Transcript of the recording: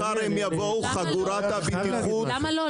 מחר הם יבואו, חגורת הבטיחות --- למה לא?